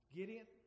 Gideon